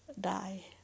die